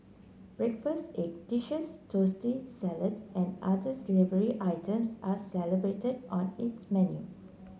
breakfast egg dishes toasty salad and other slavery items are celebrated on its menu